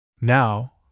Now